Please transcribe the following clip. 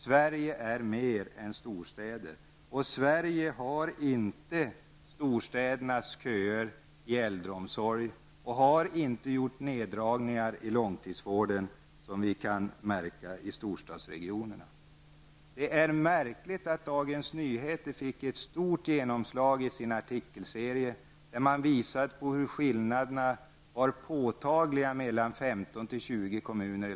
Sverige är mer än storstäder, och Sverige har inte storstädernas köer i äldreomsorg och har inte gjort neddragningar i långtidsvården, som vi kan se i storstadsregionerna. Det är märkligt att Dagens Nyheter fick ett stort genomslag i en artikelserie, där man visade att skillnaderna var påtagliga mellan 15--20 kommuner.